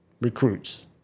recruits